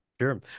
Sure